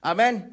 Amen